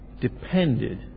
depended